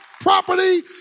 property